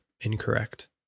incorrect